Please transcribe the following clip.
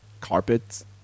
carpets